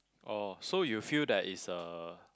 oh so you feel that it's a